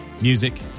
Music